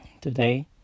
today